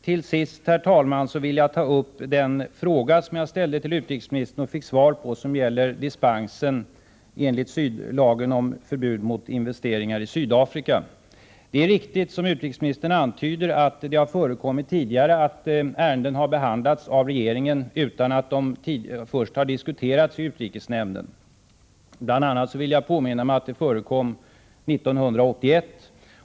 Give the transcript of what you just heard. Till sist, herr talman, vill jag ta upp den fråga som jag ställde till utrikesministern, och som jag fick svar på, som gäller dispenser enligt lagen om förbud mot investeringar i Sydafrika. Det är riktigt, som utrikesministern antyder, att det tidigare har förekommit att ärenden har behandlats av regeringen utan att de först har diskuterats i utrikesnämnden. Jag vill påminna mig att det bl.a. förekom 1981.